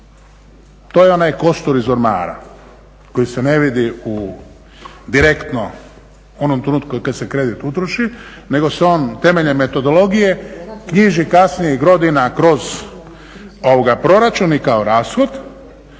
To je onaj kostur iz ormara koji se ne vidi u direktno onom trenutku kada se kredit utroši nego se on temeljem metodologije knjiži kasnije i godina kroz proračun i kao rashod.